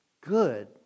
good